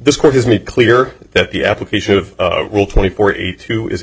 this court has made clear that the application of will twenty four eighty two is